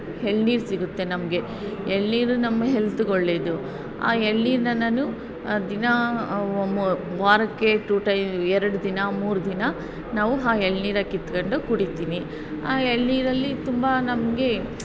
ಎಳ್ನೀರು ಸಿಗುತ್ತೆ ನಮಗೆ ಎಳನೀರು ನಮ್ಮ ಹೆಲ್ತಿಗೆ ಒಳ್ಳೇದು ಆ ಎಳನೀರ್ನ ನಾನು ದಿನಾ ವಾರಕ್ಕೆ ಟು ಟೈ ಎರಡು ದಿನ ಮೂರು ದಿನ ನಾವು ಆ ಎಳನೀರ ಕಿತ್ಕೊಂಡು ಕುಡಿತೀನಿ ಆ ಎಳನೀರಲ್ಲಿ ತುಂಬ ನಮಗೆ